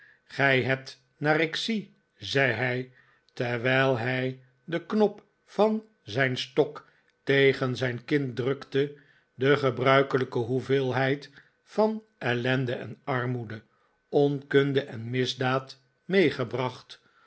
gij hebt naar ik zie zei hij terwijl hij den knop van zijn stok tegen zijn kin drukte de gebruikelijke hoeveelheid van ellende eh armoede onkunde en misdaad meegebracht